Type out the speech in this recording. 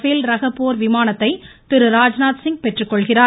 பேல் ரக போர் விமானத்தை திரு ராஜ்நாத் சிங் பெற்றுக்கொள்கிறார்